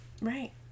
Right